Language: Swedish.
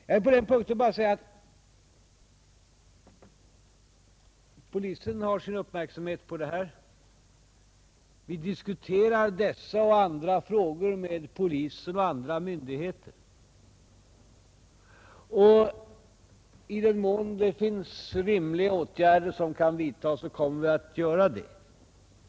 Jag vill på den punkten bara säga att polisen har sin uppmärksamhet riktad på detta. Vi diskuterar dessa och andra frågor med polisen och andra myndigheter. Och i den mån rimliga åtgärder kan vidtagas kommer vi att göra det.